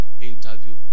interview